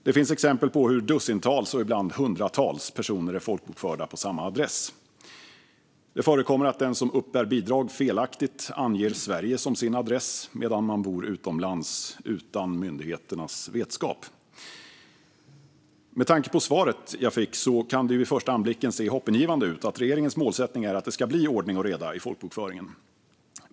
Det finns exempel på att dussintals och ibland hundratals personer är folkbokförda på samma adress. Det förekommer att den som uppbär bidrag felaktigt anger Sverige som sin adress men bor utomlands utan myndigheternas vetskap. Med tanke på det svar jag fick kan det vid första anblicken se hoppingivande ut att regeringens målsättning är att det ska bli ordning och reda i folkbokföringen.